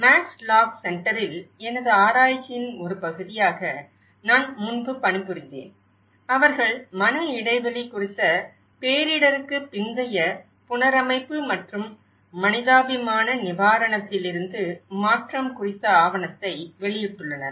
maths Lock சென்டரில் எனது ஆராய்ச்சியின் ஒரு பகுதியாக நான் முன்பு பணிபுரிந்தேன் அவர்கள் மன இடைவெளி குறித்த பேரிடருக்குப் பிந்தைய புனரமைப்பு மற்றும் மனிதாபிமான நிவாரணத்திலிருந்து மாற்றம் குறித்த ஆவணத்தை வெளியிட்டுள்ளனர்